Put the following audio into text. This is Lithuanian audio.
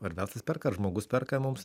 ar verslas perka ar žmogus perka mums